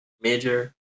Major